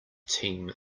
team